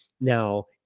Now